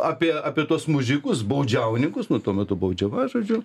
apie apie tuos mužikus baudžiauninkus nu tuo metu baudžiava žodžiu